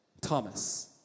Thomas